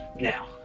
Now